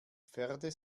pferde